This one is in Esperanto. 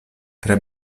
tre